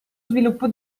sviluppo